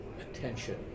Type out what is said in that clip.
attention